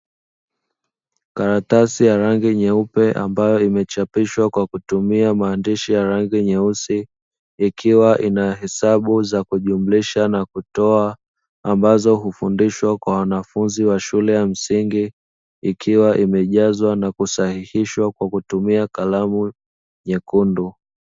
Karatasi ya rangi nyeupe ambayo imechapishwa kwa kutumia maandishi ya rangi nyeusi, ikiwa inahesabu za kujumlisha na kutoa, ambazo hufundishwa kwa wanafunzi wa shule ya msingi, ikiwa imejazwa na kusahihishwa kwa kutumia kalamu nyekundu.